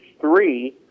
three